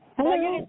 Hello